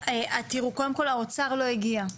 קודם כל, האוצר לא הגיע.